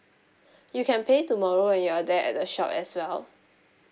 you can pay tomorrow when you're there at the shop as well